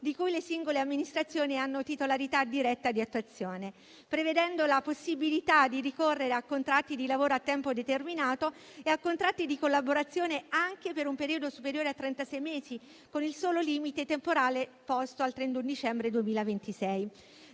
di cui le singole amministrazioni hanno titolarità diretta di attrazione, prevedendo la possibilità di ricorrere a contratti di lavoro a tempo determinato e a contratti di collaborazione anche per un periodo superiore a trentasei mesi, con il solo limite temporale posto al 31 dicembre 2026.